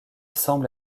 semble